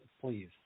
please